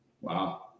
Wow